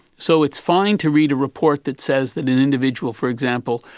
so it's fine to read a report that says that an individual, for example,